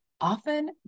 often